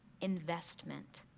investment